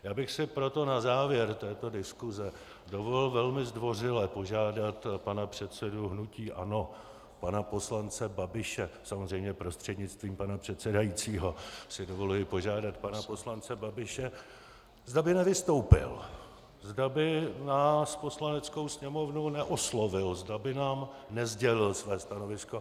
Já bych si proto na závěr této diskuse dovolil velmi zdvořile požádat pana předsedu hnutí ANO, pana poslance Babiše, samozřejmě prostřednictvím pana předsedajícího si dovoluji požádat pana poslance Babiše, zda by nevystoupil, zda by nás, Poslaneckou sněmovnu, neoslovil, zda by nám nesdělil své stanovisko.